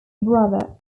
brother